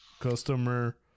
customer